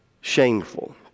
shameful